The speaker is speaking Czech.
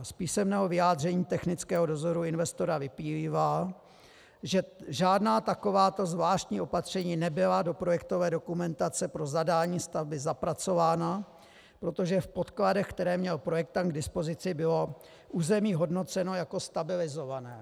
Z písemného vyjádření technického dozoru investora vyplývá, že žádná takováto zvláštní opatření nebyla do projektové dokumentace pro zadání stavby zapracována, protože v podkladech, které měl projektant k dispozici, bylo území hodnoceno jako stabilizované.